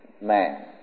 man